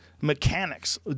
mechanics